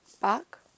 back